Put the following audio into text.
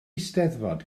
eisteddfod